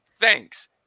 Thanks